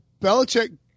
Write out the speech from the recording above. Belichick